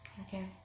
Okay